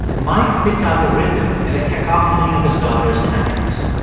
mike picked out a rhythm in a cacophony of his daughter's tantrums.